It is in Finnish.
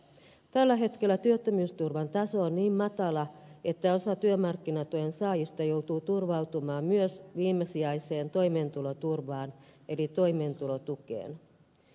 tällä hetkellä työttömyysturvan taso on niin matala että osa työmarkkinatuen saajista joutuu turvautumaan myös viimesijaiseen toimeentuloturvaan eli toimeentulotukeen